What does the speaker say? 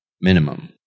Minimum